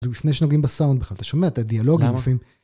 גם לפני שנוגעים בסאונד בכלל אתה שומע את הדיאלוגים.